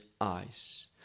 eyes